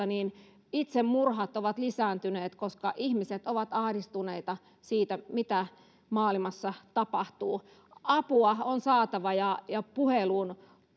niin itsemurhat ovat lisääntyneet koska ihmiset ovat ahdistuneita siitä mitä maailmassa tapahtuu apua on saatava ja ja puheluun